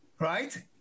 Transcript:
Right